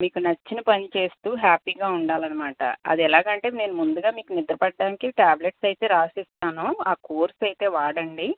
మీకు నచ్చిన పని చేస్తూ హ్యాపీగా ఉండాలన్నమాట అది ఎలాగంటే ముందుగా మీకు నిద్ర పట్టడానికి టాబ్లెట్స్ అయితే రాసిస్తాను ఆ కోర్సు అయితే వాడండి